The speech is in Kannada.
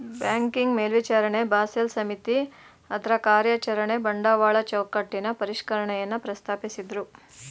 ಬ್ಯಾಂಕಿಂಗ್ ಮೇಲ್ವಿಚಾರಣೆ ಬಾಸೆಲ್ ಸಮಿತಿ ಅದ್ರಕಾರ್ಯಚರಣೆ ಬಂಡವಾಳ ಚೌಕಟ್ಟಿನ ಪರಿಷ್ಕರಣೆಯನ್ನ ಪ್ರಸ್ತಾಪಿಸಿದ್ದ್ರು